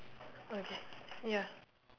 okay ya